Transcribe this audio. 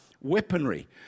weaponry